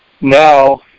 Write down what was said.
now